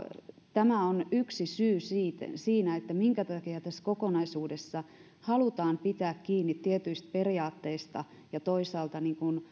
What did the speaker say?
tämä on yksi syy siihen minkä takia tässä kokonaisuudessa halutaan pitää kiinni tietyistä periaatteista ja toisaalta